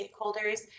stakeholders